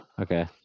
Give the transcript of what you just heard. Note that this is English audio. Okay